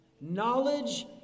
knowledge